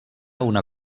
una